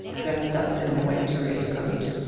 dressed up in a white great coat,